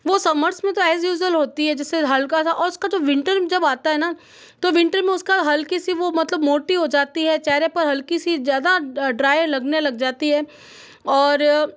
वो सामर्स में तो एज़ यूज़वल होती है जिससे हल्का सा और उसका जो विंटर जब आता है ना तो विंटर में उसका हल्की सी वो मतलब मोटी हो जाती है चेहरे पर हल्की सी ज़्यादा ड्राई लगने लग जाती है और